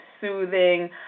soothing